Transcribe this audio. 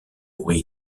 bruit